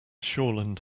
shoreland